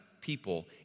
people